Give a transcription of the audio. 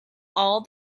all